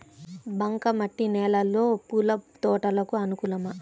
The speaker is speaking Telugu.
బంక మట్టి నేలలో పూల తోటలకు అనుకూలమా?